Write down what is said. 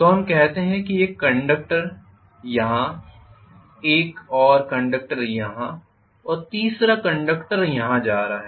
तो हम कहते हैं कि एक कंडक्टर यहाँ एक और कंडक्टर यहाँ और तीसरा कंडक्टर यहाँ जा रहा है